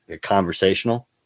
conversational